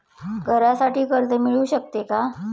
घरासाठी कर्ज मिळू शकते का?